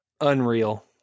Unreal